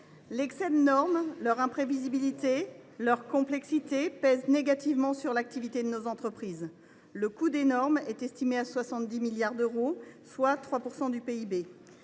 l’excès de normes, leur imprévisibilité, leur complexité pèsent négativement sur l’activité de nos entreprises. Le coût des normes est estimé à 70 milliards d’euros par an, soit 3 % du PIB.